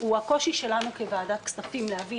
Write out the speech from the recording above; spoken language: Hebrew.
הוא באמת הקושי שלנו כוועדת כספים להבין